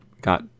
got